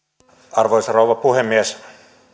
arvoisa rouva puhemies